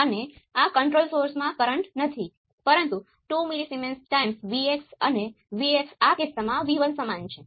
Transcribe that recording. આપણી પાસે તે કરવા માટે પૂરતા ઇક્વેશન છે